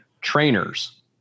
trainers